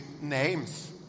names